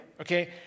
okay